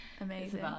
Amazing